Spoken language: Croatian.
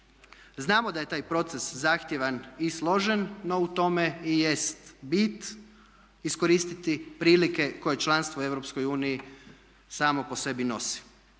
Znamo da je taj proces zahtjevan i složen no u tome i jest bit iskoristiti prilike koje članstvo u Europskoj uniji